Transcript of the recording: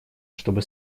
чтобы